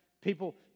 People